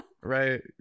Right